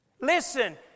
Listen